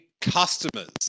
customers